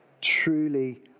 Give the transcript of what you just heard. Truly